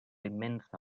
immensa